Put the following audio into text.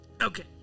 Okay